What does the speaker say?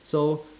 so